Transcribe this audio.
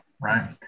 right